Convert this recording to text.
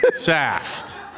Shaft